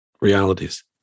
realities